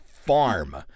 farm